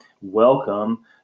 welcome